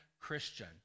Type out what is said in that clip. Christian